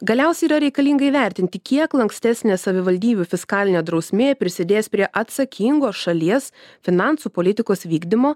galiausiai yra reikalinga įvertinti kiek lankstesnė savivaldybių fiskalinė drausmė prisidės prie atsakingos šalies finansų politikos vykdymo